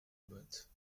motte